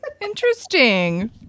Interesting